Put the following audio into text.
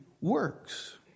works